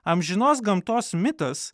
amžinos gamtos mitas